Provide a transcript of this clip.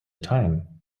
time